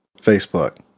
Facebook